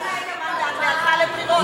היא התפטרה והלכה לבחירות.